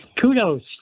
kudos